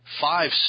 five